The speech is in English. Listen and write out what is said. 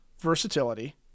versatility